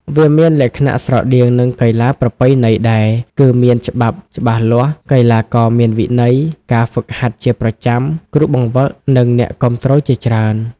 វាមានលក្ខណៈស្រដៀងនឹងកីឡាប្រពៃណីដែរ គឺមានច្បាប់ច្បាស់លាស់ កីឡាករមានវិន័យ ការហ្វឹកហាត់ជាប្រចាំ គ្រូបង្វឹក និងអ្នកគាំទ្រជាច្រើន។